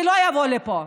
שלא יבוא לפה.